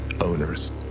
owners